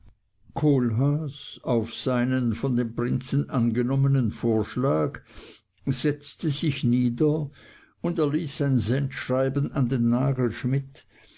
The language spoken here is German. kohlhaas auf seinen von dem prinzen angenommenen vorschlag setzte sich nieder und erließ ein sendschreiben an den nagelschmidt